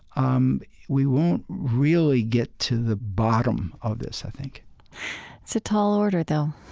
um we won't really get to the bottom of this, i think it's a tall order, though,